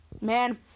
Man